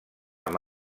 amb